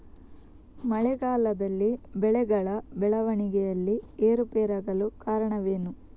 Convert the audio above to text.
ಮಳೆಗಾಲದಲ್ಲಿ ಬೆಳೆಗಳ ಬೆಳವಣಿಗೆಯಲ್ಲಿ ಏರುಪೇರಾಗಲು ಕಾರಣವೇನು?